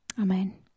Amen